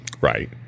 Right